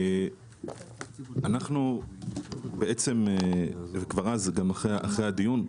בעצם כבר אז, גם אחרי הדיון,